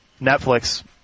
Netflix